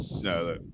No